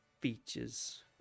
features